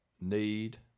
need